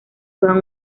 juegan